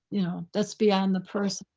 you know, that's beyond the purse.